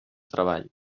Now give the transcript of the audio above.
treballs